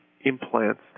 implants